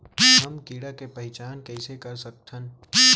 हम कीड़ा के पहिचान कईसे कर सकथन